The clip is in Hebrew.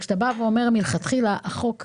כשאתה בא ואומר מלכתחילה שהחוק רע,